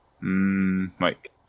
Mike